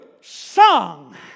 sung